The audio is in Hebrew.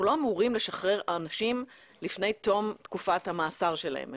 אנחנו לא אמורים לשחרר אנשים לפני תום תקופת המאסר שלהם.